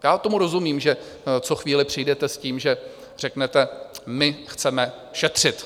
Já tomu rozumím, že co chvíli přijdete s tím, že řeknete: my chceme šetřit.